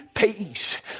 peace